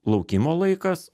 laukimo laikas